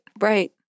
right